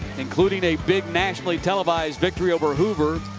including a big nationally televised victory over hoover.